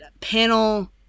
panel